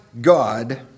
God